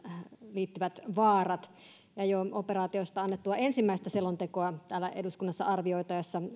liittyvät vaarat jo operaatiosta annettua ensimmäistä selontekoa täällä eduskunnassa arvioitaessa